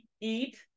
eat